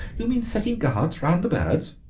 you mean setting guards round the birds?